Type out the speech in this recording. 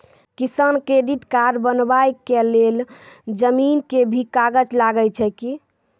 किसान credit card बनबा के लेल जमीन के भी कागज लागै छै कि?